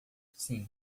sim